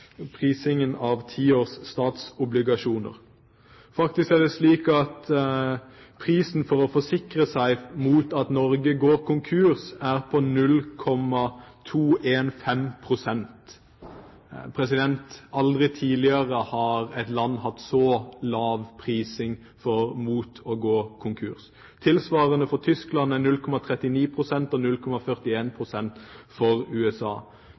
Faktisk er det slik at prisen for å forsikre seg mot at Norge går konkurs, er på 0,215 pst. Aldri tidligere har et land hatt så lav prising mot å gå konkurs. Tilsvarende for Tyskland er 0,39 pst., og 0,41 pst. for USA.